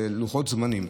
לוחות זמנים.